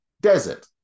desert